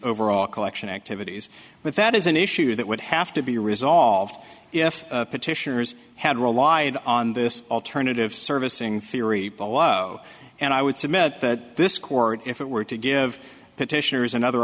overall collection activities but that is an issue that would have to be resolved if petitioners had relied on this alternative servicing theory below and i would submit that this court if it were to give